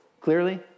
Clearly